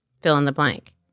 fill-in-the-blank